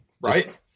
Right